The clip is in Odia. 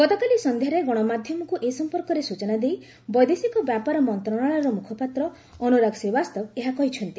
ଗତକାଲି ସନ୍ଧ୍ୟାରେ ଗଣମାଧ୍ୟମକୃ ଏ ସମ୍ପର୍କରେ ସ୍ୱଚନା ଦେଇ ବୈଦେଶିକ ବ୍ୟାପାର ମନ୍ତ୍ରଣାଳୟର ମୁଖପାତ୍ର ଅନୁରାଗ ଶ୍ରୀବାସ୍ତବ ଏହା କହିଛନ୍ତି